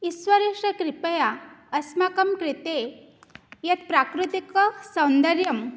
ईस्वरस्य कृपया अस्माकं कृते यत् प्राकृतिकसौन्दर्यं